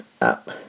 up